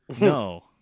No